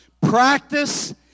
Practice